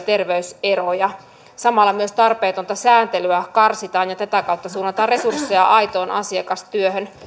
terveyseroja samalla myös tarpeetonta sääntelyä karsitaan ja tätä kautta suunnataan resursseja aitoon asiakastyöhön